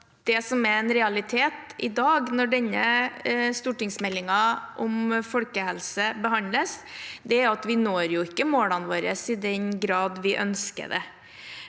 i dag, når denne stortingsmeldingen om folkehelse behandles, er at vi ikke når målene våre i den grad vi ønsker.